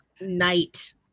night